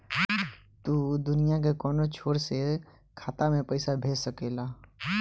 तू दुनिया के कौनो छोर से खाता में पईसा भेज सकेल